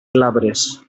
glabres